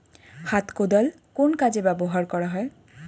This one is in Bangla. হাত কোদাল কোন কাজে ব্যবহার করা হয়?